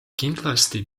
kindlasti